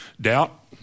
Doubt